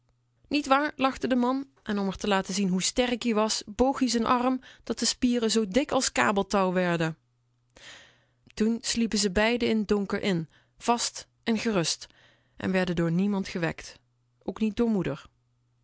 nietwaar lachte de man en om r te laten zien hoe sterk ie was boogie z'n arm dat de spieren zoo dik als kabeltouw werden toen sliepen ze beiden in t donker in vast en gerust en werden door niemand gewekt ook niet door moeder